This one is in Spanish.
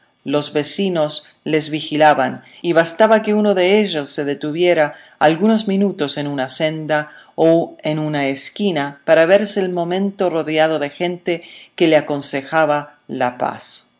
los vecinos les vigilaban y bastaba que uno de ellos se detuviera algunos minutos en una senda o en una esquina para verse al momento rodeado de gente que le aconsejaba la paz